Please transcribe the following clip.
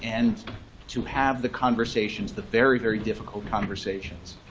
and to have the conversations, the very, very difficult conversations,